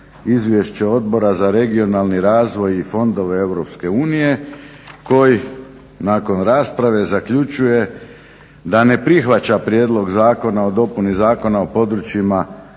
Izvješće Odbora za regionalni razvoj i fondove EU koji nakon rasprave zaključuje da ne prihvaća prijedlog Zakona o dopuni Zakona o područjima